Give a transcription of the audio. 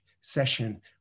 session